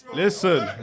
listen